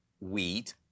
wheat